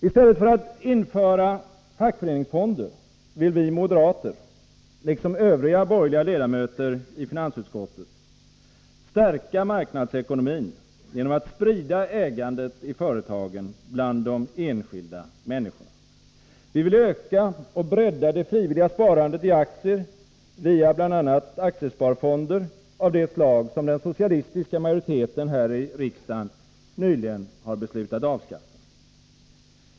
I stället för att införa fackföreningsfonder vill vi moderater liksom övriga borgerliga ledamöter i finansutskottet stärka marknadsekonomin genom att sprida ägandet i företagen bland de enskilda människorna. Vi vill öka och bredda det frivilliga sparandet i aktier via bl.a. aktiesparfonder av det slag som den socialistiska majoriteten här i riksdagen nyligen har beslutat avskaffa.